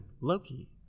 Loki